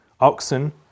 oxen